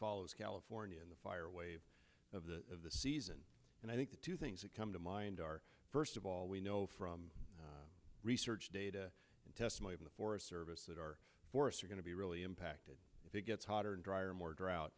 follows california in the fire wave of the of the season and i think the two things that come to mind are first of all we know from research data and testimony from the forest service that our forests are going to be really impacted if it gets hotter and drier and more drought